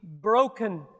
broken